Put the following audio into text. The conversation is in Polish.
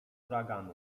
huraganu